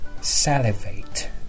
Salivate